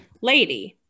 lady